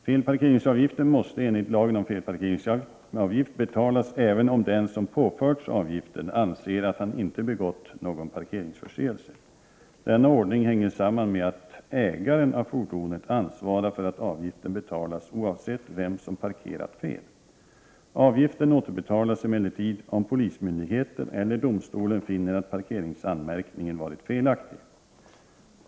Felparkeringsavgiften måste enligt lagen om felparkeringsavgift betalas även om den som påförts avgiften anser att han inte begått någon parkeringsförseelse. Denna ordning hänger samman med att ägaren av fordonet ansvarar för att avgiften betalas oavsett vem som parkerat fel. Avgiften återbetalas emellertid om polismyndigheten eller domstolen finner att parkeringsanmärkningen varit felaktig.